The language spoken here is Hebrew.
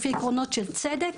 לפי העקרונות של צדק,